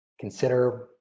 consider